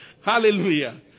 Hallelujah